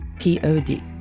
P-O-D